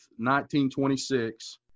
1926